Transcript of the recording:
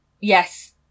Yes